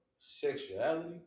sexuality